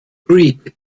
creek